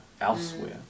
elsewhere